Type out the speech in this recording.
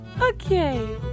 Okay